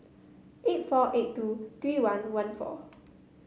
eight four eight two three one one four